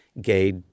gay